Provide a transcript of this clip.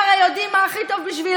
הם הרי יודעים מה הכי טוב בשבילנו.